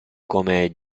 come